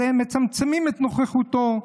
מצמצמים את נוכחותו.